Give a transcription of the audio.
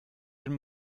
den